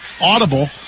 Audible